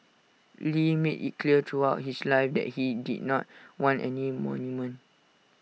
lee made IT clear throughout his life that he did not want any monument